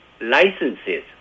licenses